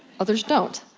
others don't.